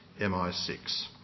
MI6